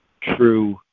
true